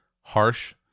harsh